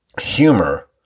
humor